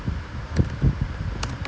ya I mean like he